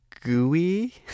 gooey